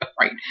right